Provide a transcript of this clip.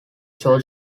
social